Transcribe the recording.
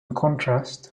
contrast